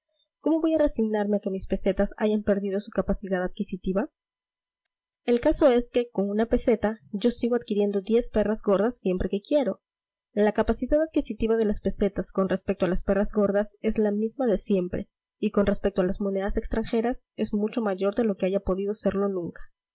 cómo voy a resignarme a que mis pesetas hayan perdido su capacidad adquisitiva el caso es que con una peseta yo sigo adquiriendo diez perras gordas siempre que quiero la capacidad adquisitiva de las pesetas con respecto a las perras gordas es la misma de siempre y con respecto a las monedas extranjeras es mucho mayor de lo que haya podido serlo nunca